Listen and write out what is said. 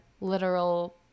literal